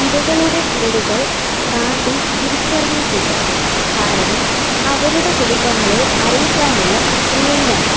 ഇരകളുടെ പേരുകൾ ഗ്രാണ്ടി തിരിച്ചറിഞ്ഞിട്ടില്ല കാരണം അവരുടെ കുടുംബങ്ങളെ അറിയിക്കാനുള്ള പ്രക്രിയയിലാണ്